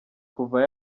kuva